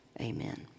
Amen